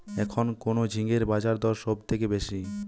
এখন কোন ঝিঙ্গের বাজারদর সবথেকে বেশি?